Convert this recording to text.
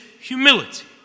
humility